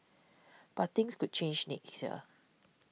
but things could change next year